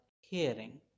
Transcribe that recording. hearing